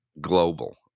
Global